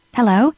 Hello